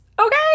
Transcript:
okay